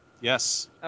Yes